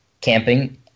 Camping